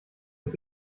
mit